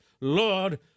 Lord